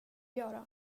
göra